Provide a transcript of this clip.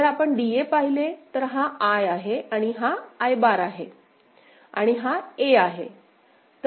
जर आपण DA पाहिले तर हा I आहे आणि I हा बार आहे आणि हा a आहे